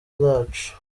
zacu